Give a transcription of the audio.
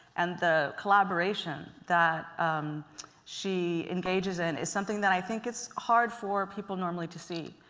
and the collaboration that she engages in, is something that i think is hard for people normally to see.